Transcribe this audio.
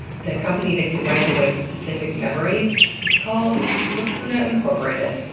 the company that can wipe away specific memories is called lacuna incorporated.